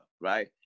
right